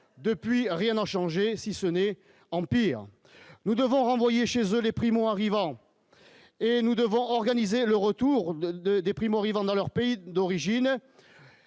depuis rien en changer, si ce n'est en pire, nous devons renvoyer chez eux les primo-arrivants et nous devons organiser le retour de de déprime riverains dans leur pays d'origine,